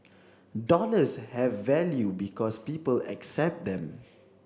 dollars have value because people accept them